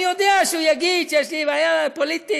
אני יודע שהוא יגיד שיש לי בעיה פוליטית,